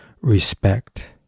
respect